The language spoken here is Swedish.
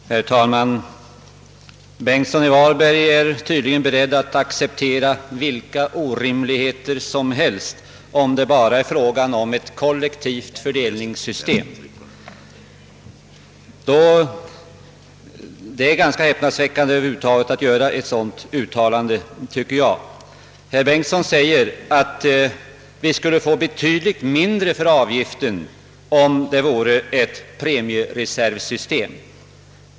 Herr talman! Herr Bengtsson i Varberg är tydligen beredd att acceptera vilka orimligheter som helst, om det bara är fråga om ett kollektivt fördelningssystem. Det är ganska häpnadsväckande att herr Bengtsson kan säga att vi skulle få betydligt mindre för avgiften om dei vore fråga om ett premiereservsystem.